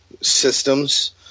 systems